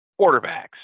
Quarterbacks